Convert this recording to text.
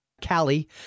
Cali